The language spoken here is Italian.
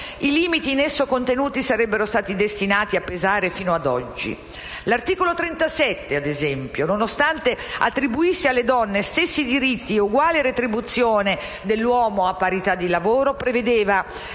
i limiti in esso contenuti sarebbero stati destinati a pesare fino ad oggi. L'articolo 37, infatti, nonostante attribuisse alle donne stessi diritti e uguale retribuzione dell'uomo a parità di lavoro, prevedeva: